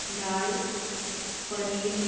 ଡାଲ୍ paneer